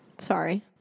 Sorry